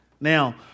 Now